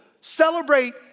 celebrate